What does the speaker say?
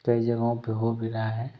कई जगहों पे हो भी रहा है